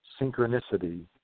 synchronicity